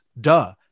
duh